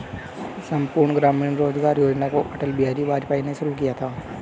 संपूर्ण ग्रामीण रोजगार योजना को अटल बिहारी वाजपेयी ने शुरू किया था